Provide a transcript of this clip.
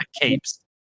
capes